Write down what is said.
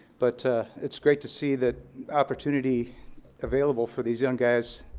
but it's great to see that opportunity available for these young guys.